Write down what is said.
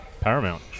paramount